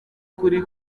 kuri